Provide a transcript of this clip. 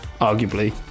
Arguably